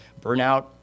burnout